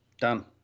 done